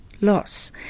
loss